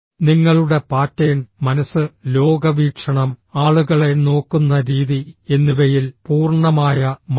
നിങ്ങളുടെ പാറ്റേൺ മനസ്സ് ലോകവീക്ഷണം ആളുകളെ നോക്കുന്ന രീതി എന്നിവയിൽ പൂർണ്ണമായ മാറ്റം